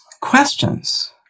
questions